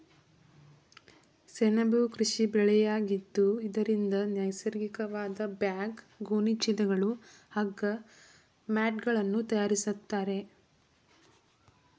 ಸೆಣಬು ಕೃಷಿ ಬೆಳೆಯಾಗಿದ್ದು ಇದರಿಂದ ನೈಸರ್ಗಿಕವಾದ ಬ್ಯಾಗ್, ಗೋಣಿ ಚೀಲಗಳು, ಹಗ್ಗ, ಮ್ಯಾಟ್ಗಳನ್ನು ತರಯಾರಿಸ್ತರೆ